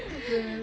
bro